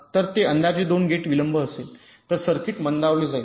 तर ते अंदाजे 2 गेट विलंब असेल तर सर्किट मंदावले जाईल